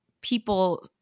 people